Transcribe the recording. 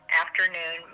afternoon